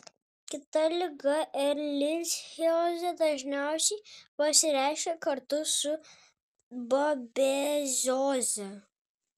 kita liga erlichiozė dažniausiai pasireiškia kartu su babezioze